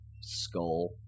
skull